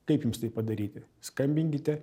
kaip jums tai padaryti skambinkite